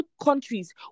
countries